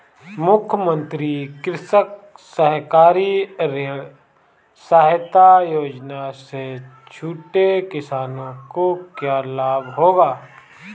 मुख्यमंत्री कृषक सहकारी ऋण सहायता योजना से छोटे किसानों को क्या लाभ होगा?